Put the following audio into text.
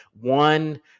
One